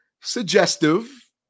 suggestive